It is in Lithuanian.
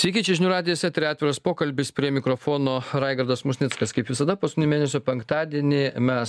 sveiki čia žinių radijas etery atviras pokalbis prie mikrofono raigardas musnickas kaip visada paskutinį mėnesio penktadienį mes